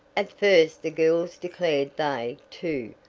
at first the girls declared they, too,